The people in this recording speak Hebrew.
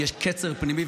כי יש קצר פנימי,